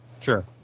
Sure